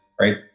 right